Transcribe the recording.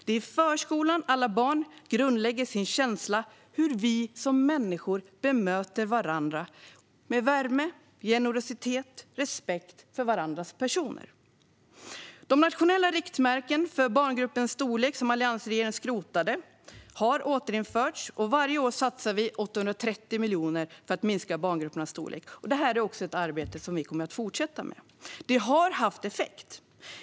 Det är i förskolan alla barn grundlägger sin känsla för hur vi som människor bemöter varandra med värme, generositet och respekt för varandras personer. De nationella riktmärken för barngruppernas storlek som alliansregeringen skrotade har återinförts, och varje år satsar vi 830 miljoner kronor på att minska barngruppernas storlek. Detta är ett arbete som vi kommer att fortsätta. Det har haft effekt.